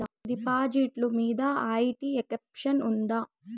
డిపాజిట్లు మీద IT exemption ఉందా?